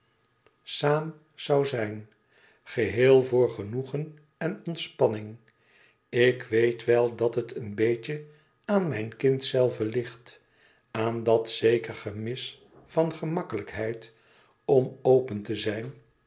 samen zoû zijn geheel voor genoegen en ontspanning ik weet wel dat het een beetje aan mijn kind zelve ligt aan dat zeker gemis aan gemakkelijkheid om open te zijn